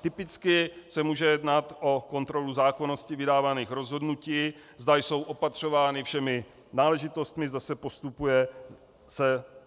Typicky se může jednat o kontrolu zákonnosti vydávaných rozhodnutí, zda jsou opatřována všemi náležitostmi, zda se postupuje